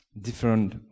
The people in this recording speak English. different